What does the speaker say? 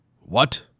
What